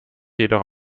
jedoch